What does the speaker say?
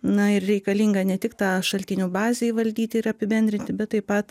na ir reikalinga ne tik tą šaltinių bazę įvaldyti ir apibendrinti bet taip pat